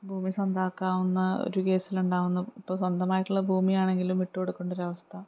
ഭൂമി സ്വന്താക്കാവുന്ന ഒരു കേസിലുണ്ടാവുന്നു ഇപ്പോൾ സ്വന്തമായിട്ടുള്ള ഭൂമിയാണെങ്കിലും വിട്ടുകൊടുക്കേണ്ടൊരു അവസ്ഥ